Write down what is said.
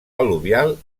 al·luvial